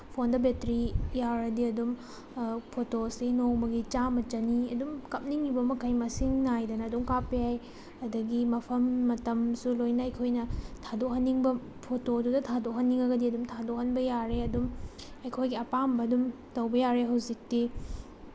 ꯐꯣꯟꯗ ꯕꯦꯇ꯭ꯔꯤ ꯌꯥꯎꯔꯗꯤ ꯑꯗꯨꯝ ꯐꯣꯇꯣꯁꯤ ꯅꯣꯡꯃꯒꯤ ꯆꯥꯝꯃ ꯆꯅꯤ ꯑꯗꯨꯝ ꯀꯥꯞꯅꯤꯡꯏꯕ ꯃꯈꯩ ꯃꯁꯤꯡ ꯅꯥꯏꯗꯅ ꯑꯗꯨꯝ ꯀꯥꯞꯄ ꯌꯥꯏ ꯑꯗꯒꯤ ꯃꯐꯝ ꯃꯇꯝꯁꯨ ꯂꯣꯏꯅ ꯑꯩꯈꯣꯏꯅ ꯊꯥꯗꯣꯛꯍꯟꯅꯤꯡꯕ ꯐꯣꯇꯣꯗꯨꯗ ꯊꯥꯗꯣꯛꯍꯟꯅꯤꯡꯉꯒꯗꯤ ꯑꯗꯨꯝ ꯊꯥꯗꯣꯛꯍꯟꯕ ꯌꯥꯔꯦ ꯑꯗꯨꯝ ꯑꯩꯈꯣꯏꯒꯤ ꯑꯄꯥꯝꯕ ꯑꯗꯨꯝ ꯇꯧꯕ ꯌꯥꯔꯦ ꯍꯧꯖꯤꯛꯇꯤ